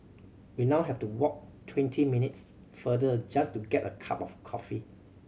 we now have to walk twenty minutes further just to get a cup of coffee